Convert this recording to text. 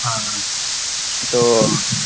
ہاں تو